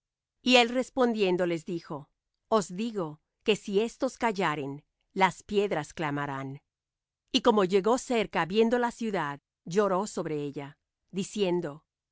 y él respondiendo les dijo os digo que si éstos callaren las piedras clamarán y como llegó cerca viendo la ciudad lloró sobre ella diciendo